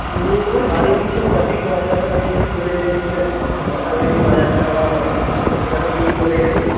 হুম ওই বাড়ির কিছু মাসিক বাজারটা যদি একটু করে এনে দিতি আর কি মাসকাবারি যেই বাজারটা করা হয় সেটা তো তুইই করে এনে দিস